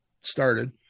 started